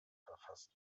verfasst